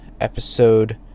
episode